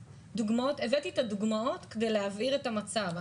הבאתי את הדוגמאות כדי להבהיר את המצב.